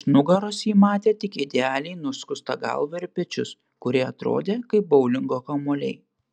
iš nugaros ji matė tik idealiai nuskustą galvą ir pečius kurie atrodė kaip boulingo kamuoliai